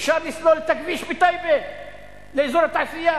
אפשר לסלול את הכביש בטייבה לאזור התעשייה?